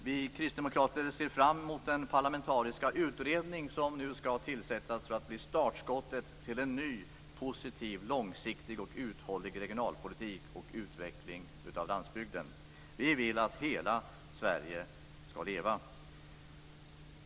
Vi kristdemokrater ser fram mot den parlamentariska utredning som nu skall tillsättas för att bli startskott till en ny, positiv, långsiktig och uthållig regionalpolitik och utveckling av landsbygden. Vi vill att hela Sverige skall leva.